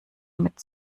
mit